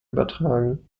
übertragen